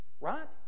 Right